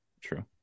True